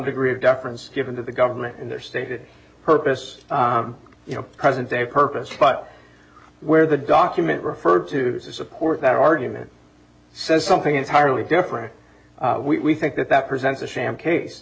degree of deference given to the government and their stated purpose you know present day purpose but where the document referred to support that argument says something entirely different we think that that presents a sham case